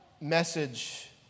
message